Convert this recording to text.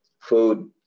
food